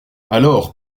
alors